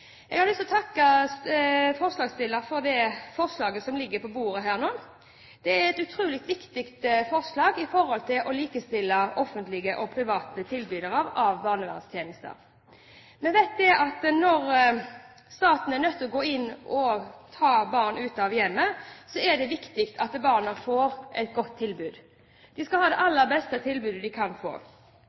Jeg har lyst til å takke forslagsstillerne for det forslaget som nå ligger på bordet her. Det er et utrolig viktig forslag når det gjelder å likestille offentlige og private tilbydere av barnevernstjenester. Vi vet at når staten er nødt til å gå inn og ta barn ut av hjemmet, er det viktig at barna får et godt tilbud. De skal ha det aller beste tilbudet de kan få.